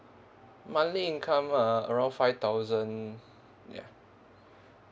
monthly income uh around five thousand ya